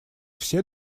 все